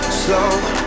slow